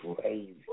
crazy